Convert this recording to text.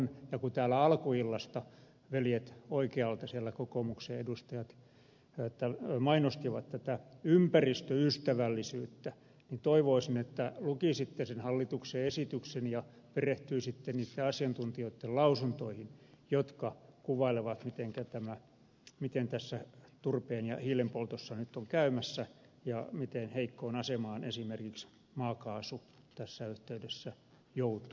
ja kun täällä alkuillasta veljet oikealta sieltä kokoomuksen edustajat mainostivat tätä ympäristöystävällisyyttä toivoisin että lukisitte hallituksen esityksen ja perehtyisitte niitten asiantuntijoitten lausuntoihin jotka kuvailevat miten tässä turpeen ja hiilenpoltossa nyt on käymässä ja miten heikkoon asemaan esimerkiksi maakaasu tässä yhteydessä joutuu